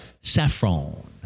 Saffron